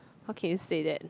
how can you say that